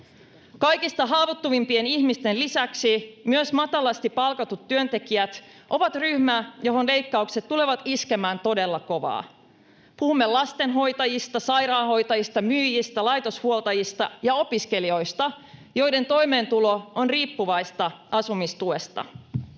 Kaikista haavoittuvimpien ihmisten lisäksi matalasti palkatut työntekijät ovat ryhmä, johon leikkaukset tulevat iskemään todella kovaa. Puhumme lastenhoitajista, sairaanhoitajista, myyjistä, laitoshuoltajista ja opiskelijoista, joiden toimeentulo on riippuvaista asumistuesta.